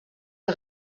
der